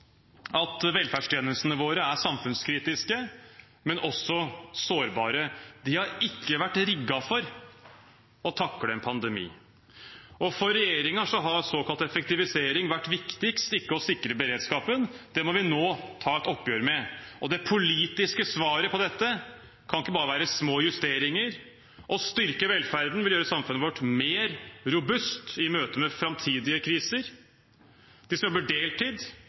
at velferdstjenestene våre er samfunnskritiske, men også sårbare. De har ikke vært rigget for å takle en pandemi. For regjeringen har såkalt effektivisering vært viktigst, ikke å sikre beredskapen. Det må vi nå ta et oppgjør med. Det politiske svaret på dette kan ikke bare være små justeringer – å styrke velferden vil gjøre samfunnet vårt mer robust i møte med framtidige kriser. De som jobber deltid